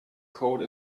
code